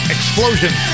Explosion